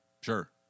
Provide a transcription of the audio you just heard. Sure